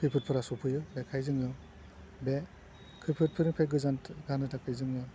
खैफोदफोरा सौफैयो बेनिखायनो जोङो बे खैफोदफोरनिफ्राय गोजान जानो थाखाय जोङो